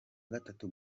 gatatu